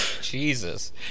Jesus